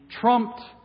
trumped